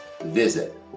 visit